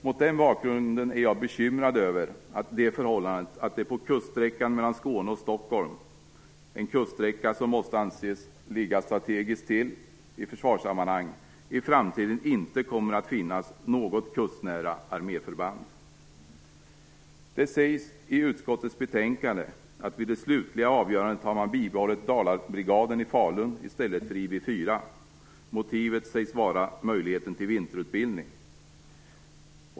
Mot den bakgrunden är jag bekymrad över att det på kuststräckan mellan Skåne och Stockholm - en kuststräcka som måste anses ligga strategiskt till i försvarssammanhang - i framtiden inte kommer att finnas något kustnära arméförband. Det sägs i utskottets betänkande att vid det slutliga avgörandet har man bibehållit Dalabrigaden i Falun i stället IB 4. Motivet sägs vara möjligheten till vinterutbildning.